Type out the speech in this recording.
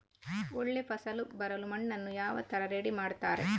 ಒಳ್ಳೆ ಫಸಲು ಬರಲು ಮಣ್ಣನ್ನು ಯಾವ ತರ ರೆಡಿ ಮಾಡ್ತಾರೆ?